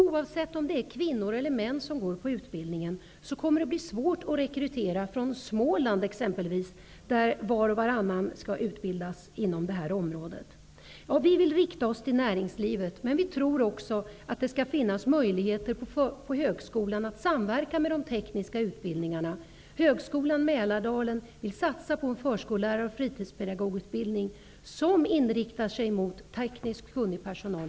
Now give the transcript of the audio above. Oavsett om det är kvinnor eller män som går på utbildningen kommer det att bli svårt att rekrytera från exempelvis Småland, där var och varannan skall utbildas inom detta område. Vi vill rikta oss till näringslivet, men vi tror också att det skall finnas möjligheter att på högskolan samverka med de tekniska utbildningarna. På Mälardalens högskola vill man satsa på en förskollärar och fritidspedagogutbildning som i framtiden inriktar sig på tekniskt kunnig personal.